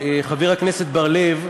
חבר הכנסת בר-לב,